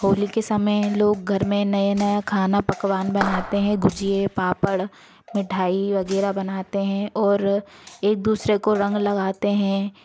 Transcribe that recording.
होली के समय लोग घर में नए नया खाना पकवान बनाते हैं गुजिये पापड़ मिठाई वगैरह बनाते हैं और एक दूसरे को रंग लगाते हैं